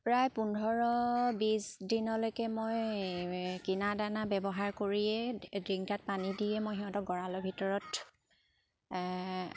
প্ৰায় পোন্ধৰ বিছ দিনলৈকে মই কিনা দানা ব্যৱহাৰ কৰিয়েই ড্ৰিংকাত পানী দিয়ে মই সিহঁতক গঁৰালৰ ভিতৰত